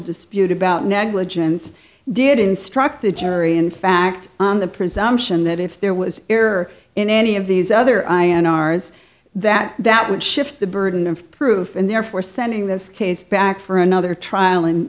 dispute about negligence did instruct the jury in fact on the presumption that if there was error in any of these other ion ours that that would shift the burden of proof and therefore sending this case back for another trial